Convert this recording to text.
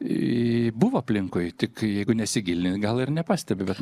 buvo aplinkui tik jeigu nesigilini gal ir nepastebi bet